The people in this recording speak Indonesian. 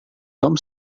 tom